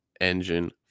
Engine